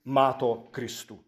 mato kristų